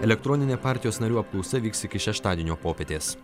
elektroninė partijos narių apklausa vyks iki šeštadienio popietės